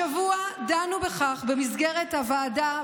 השבוע דנו בכך במסגרת הוועדה,